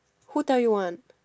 who tell you one